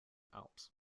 alps